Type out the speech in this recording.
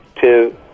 two